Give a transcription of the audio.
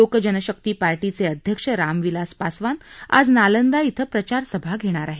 लोक जनशक्ती पार्टीचे अध्यक्ष रामविलास पासवान आज नालंदा धिं प्रचारसभा घेणार आहेत